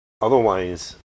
otherwise